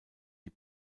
die